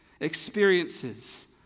experiences